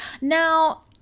Now